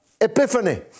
epiphany